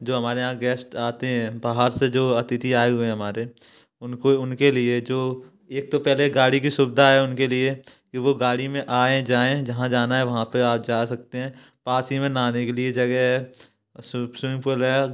जो हमारे यहाँ गेस्ट आते हैं बाहर से जो अतिथि आए हुए हैं हमारे उनको उनके लिए जो एक तो पहले गाड़ी की सुविधा है उनके लिए कि वो गाड़ी में आएँ जाएँ जहाँ जाना है वहाँ पे आप जा सकते हैं पास ही में नहाने से लिए जगह है स्विमिंग पूल है